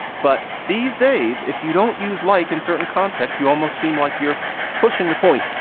but these days, if you don't use like in certain contexts, you almost seem like you're pushing the point.